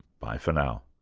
bye for now